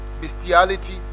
bestiality